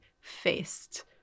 faced